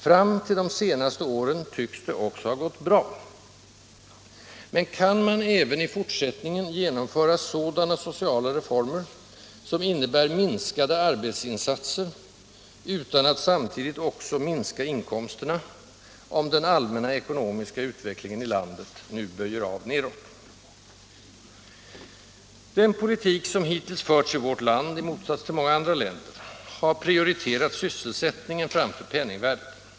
Fram till de senaste åren tycks det också ha gått bra. Men kan man även i fortsättningen genomföra sådana sociala reformer, som innebär minskade arbetsinsatser, utan att samtidigt minska inkomsterna, om den allmänna ekonomiska utvecklingen i landet nu böjer av nedåt? Den politik som hittills förts i vårt land — i motsats till många andra länder — har prioriterat sysselsättningen framför penningvärdet.